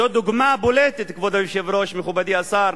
זו דוגמה בולטת, כבוד היושב-ראש, מכובדי השר,